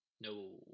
No